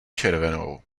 červenou